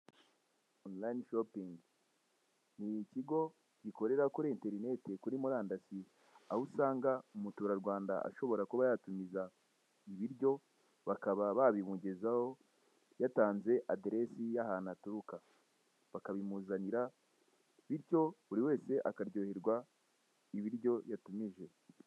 Onulayini shipingi ni ikigi gikorera kuri interineti kuri murandasi aho usanga buri umuturarwanda ashobora kuba yatumiza ibiryo bakaba babimugezaho yatanze aderesi y'ahantu aturuka bakabimuzanira bityo buri wese akaryoherwa n'ibiryo yatumije.